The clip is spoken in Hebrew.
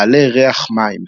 "בעלי ריח מים",